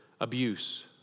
abuse